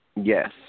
Yes